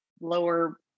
lower